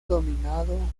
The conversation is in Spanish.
dominado